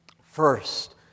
First